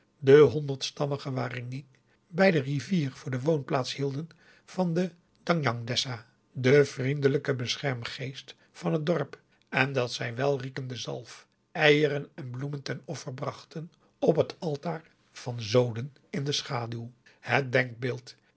den honderd stammigen waringin bij de rivier voor de woonplaats hielden van den danhjang dessa den vriendelijken bescherm geest van het dorp en dat zij welaugusta de wit orpheus in de dessa riekende zalf eieren en bloemen ten offer brachten op het altaar van zoden in de schaduw het